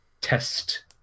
test